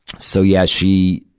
so, yeah, she,